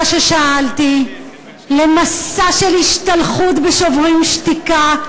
ששאלתי למסע של השתלחות ב"שוברים שתיקה",